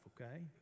okay